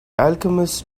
alchemist